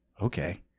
Okay